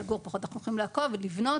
לגור פחות אנחנו יכולים לעקוב, לבנות.